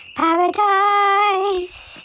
paradise